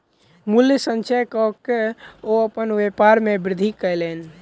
मूल्य संचय कअ के ओ अपन व्यापार में वृद्धि कयलैन